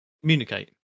communicate